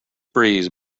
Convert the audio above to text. breeze